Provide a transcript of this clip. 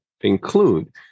include